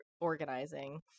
organizing